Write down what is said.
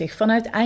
vanuit